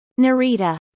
Narita